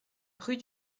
rue